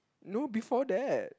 no before that